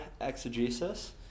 exegesis